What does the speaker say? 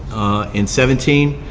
in seventeen.